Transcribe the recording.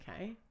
okay